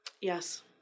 Yes